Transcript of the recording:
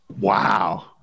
Wow